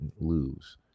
lose